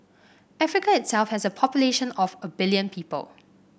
Africa itself has a population of a billion people